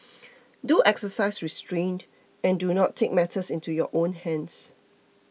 do exercise restraint and do not take matters into your own hands